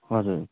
हजुर